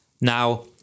now